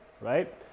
Right